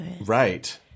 Right